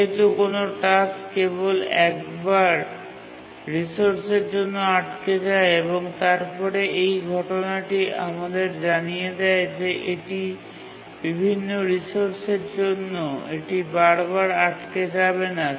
যেহেতু কোনও টাস্ক কেবল একবার রিসোর্সের জন্য আটকে যায় এবং তারপরে এই ঘটনাটি আমাদের জানিয়ে দেয় যে এটি বিভিন্ন রিসোর্স জন্য এটি বারবার আটকে যাবে না